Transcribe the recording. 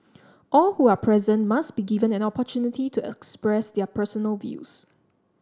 all who are present must be given an opportunity to express their personal views